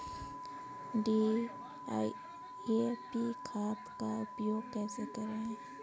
DAP खाद का उपयोग कैसे करें?